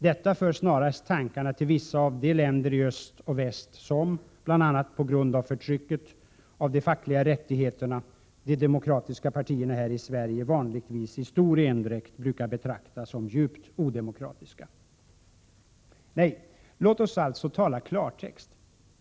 Detta för snarast tankarna till vissa av de länder i öst och väst som, bl.a. på grund av förtrycket av de fackliga rättigheterna, de demokratiska partierna här i Sverige vanligtvis i stor endräkt brukar betrakta som djupt odemokratiska. Nej, låt oss alltså tala i klartext.